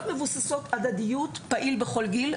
שמבוססות על הדדיות "פעיל בכל גיל".